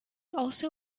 also